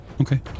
Okay